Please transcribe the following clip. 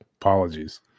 Apologies